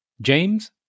James